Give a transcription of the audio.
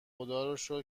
خداروشکر